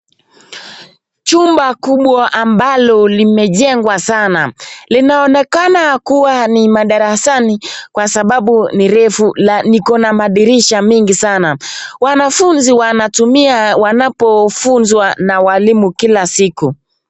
Chumba kubwa ambalo limejengwa sana. linaoenekana kuwa ni madarasani kwa sababu ni refu na iko na madirisha mingi sana, wanafunzi wanatumia wanapofunzwa na walimu kila siku.